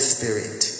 Spirit